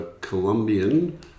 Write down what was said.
Colombian